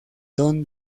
don